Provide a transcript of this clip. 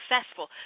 successful